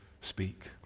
speak